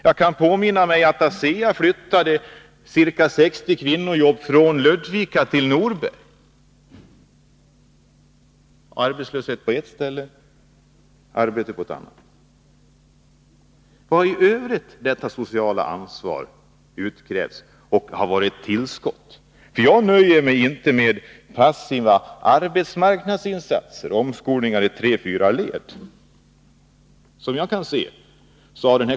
Jag kan påminna mig att ASEA flyttade ca 60 kvinnojobb från Ludvika till Norberg — arbetslöshet på ett ställe, arbete på ett annat. Har i övrigt detta sociala ansvar utskrävts och varit ett tillskott? Jag nöjer mig inte med passiva arbetsmarknadsinsatser, omskolningar i tre fyra led.